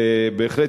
בהחלט,